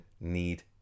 need